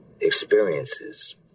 experiences